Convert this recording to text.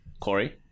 Corey